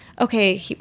okay